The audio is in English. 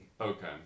Okay